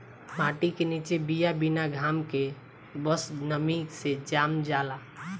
माटी के निचे बिया बिना घाम के बस नमी से जाम जाला